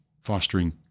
fostering